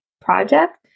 project